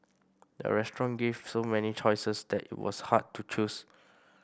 the restaurant gave so many choices that it was hard to choose